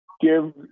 give